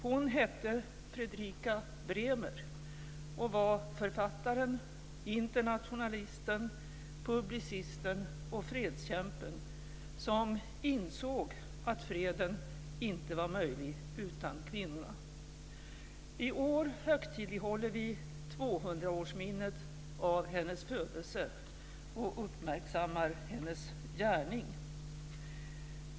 Hon hette Fredrika Bremer och var författaren, internationalisten, publicisten och fredskämpen, som insåg att freden inte var möjlig utan kvinnorna. I år högtidlighåller vi 200-årsminnet av hennes födelse och uppmärksammar hennes gärning.